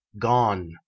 gone